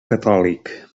catòlic